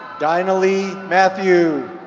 dinah-lee mathieu.